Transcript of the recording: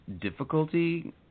difficulty